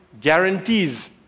guarantees